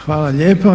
Hvala lijepa.